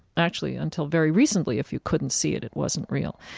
actually, until very recently, if you couldn't see it, it wasn't real.